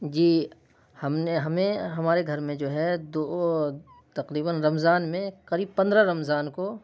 جی ہم نے ہمیں ہمارے گھر میں جو ہے دو تقریباً رمضان میں قریب پندرہ رمضان کو